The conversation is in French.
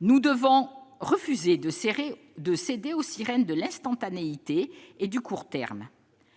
Nous devons refuser de céder aux sirènes de l'instantanéité et du court terme.